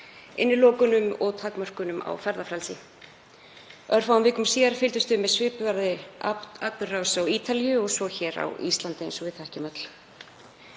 innilokunum og takmörkunum á ferðafrelsi. Örfáum vikum síðar fylgdumst við með svipaðri atburðarás á Ítalíu og svo hér á Íslandi eins og við þekkjum öll.